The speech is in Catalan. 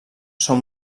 són